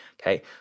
Okay